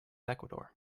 ecuador